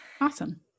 awesome